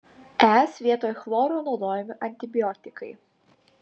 es vietoj chloro naudojami antibiotikai